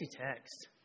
text